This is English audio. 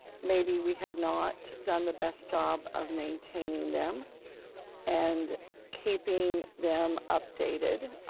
maybe we have not done the best job of maintaining them and keeping them updated.